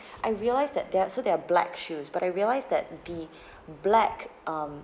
I realised that that so that are black shoes but I realised that the black um